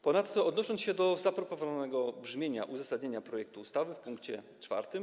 Ponadto odnosząc się do zaproponowanego brzmienia uzasadnienia projektu ustawy w pkt IV: